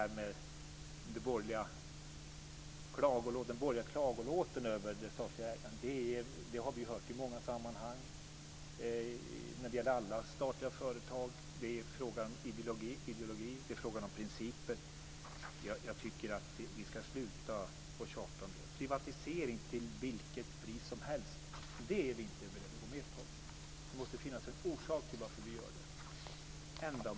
Den borgerliga klagolåten över det statliga ägnandet har vi hört i många sammanhang när det gäller alla statliga företag. Det är en fråga om ideologi och principer. Jag tycker att vi ska sluta att tjata om det. Vi är inte beredda att gå med på privatiseringar till vilket pris som helst. Det måste finnas en orsak till varför vi gör det.